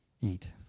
Eat